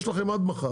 יש לכם עד מחר.